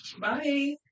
Bye